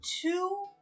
two